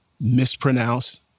mispronounced